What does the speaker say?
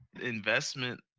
investment